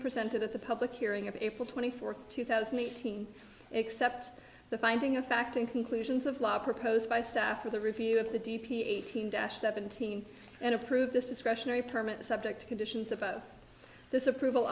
presented at the public hearing of april twenty fourth two thousand and thirteen except the finding of fact in conclusions of law proposed by staff for the review of the d p eighteen dash seventeen and approved this discretionary permit subject to conditions about this approval